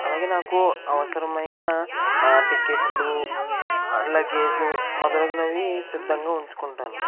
అలాగే నాకు అవసరమైన ఆ టికెట్లు ఆ లాగేజు మొదలగునవి సిద్ధంగా ఉంచుకుంటాను